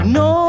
no